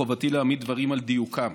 חובתי להעמיד דברים על דיוקם.